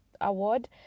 award